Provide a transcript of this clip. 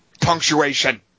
punctuation